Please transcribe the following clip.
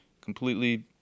completely